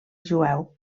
jueu